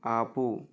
ఆపు